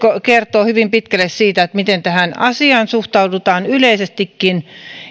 kertoo hyvin pitkälle siitä miten tähän asiaan suhtaudutaan yleisestikin